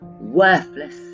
worthless